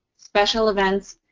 special events,